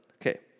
Okay